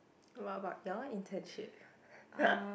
what about your internship